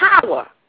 power